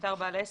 נפטר בעל העסק,